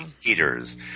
heaters